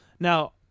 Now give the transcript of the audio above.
Now